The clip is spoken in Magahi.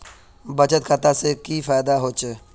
बचत खाता से की फायदा होचे?